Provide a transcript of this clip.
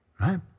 right